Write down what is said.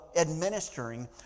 administering